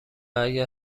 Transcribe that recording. اگر